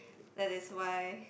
that is why